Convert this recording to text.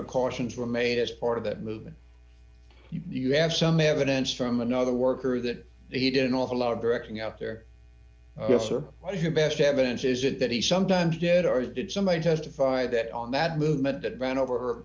precautions were made as part of that movement you have some evidence from another worker that he did an awful lot of directing out there yes or what is your best evidence is it that he sometimes did or did somebody testified that on that movement that bent over